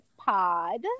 Pod